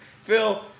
Phil